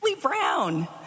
Brown